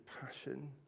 passion